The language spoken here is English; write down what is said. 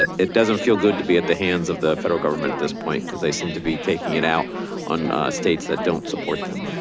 it it doesn't feel good to be at the hands of the federal government at this point because they seem to be taking it out on states that don't support them.